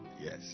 yes